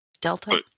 Delta